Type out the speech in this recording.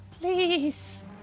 Please